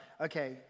okay